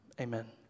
Amen